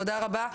תודה רבה.